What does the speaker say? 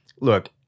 look